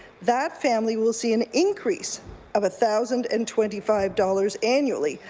that family will see an increase of a thousand and twenty five dollars annually,